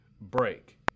break